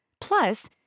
Plus